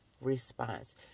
response